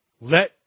let